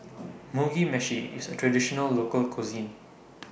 Mugi Meshi IS A Traditional Local Cuisine